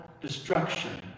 destruction